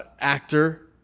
actor